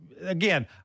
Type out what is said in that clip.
again